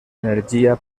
energia